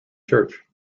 church